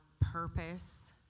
purpose